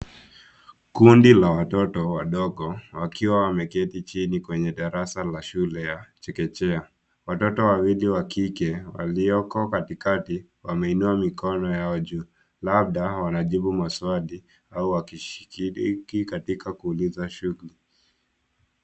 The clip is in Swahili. Kundi la watoto wadogo wakiwa wameketi chini kwenye darasa la shule ya chekechea. Watoto wawili wa kike walioko katikati wameinua mikono yao juu labda wanajibu maswali au wakishiriki katika kuuliza kitu.